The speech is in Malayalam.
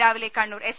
രാവിലെ കണ്ണൂർ എസ്